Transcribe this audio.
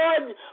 Lord